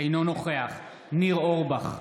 אינו נוכח ניר אורבך,